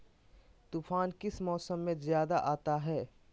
तूफ़ान किस मौसम में ज्यादा आता है?